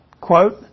quote